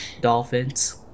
Dolphins